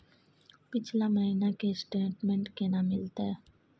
पिछला महीना के स्टेटमेंट केना मिलते?